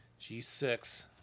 G6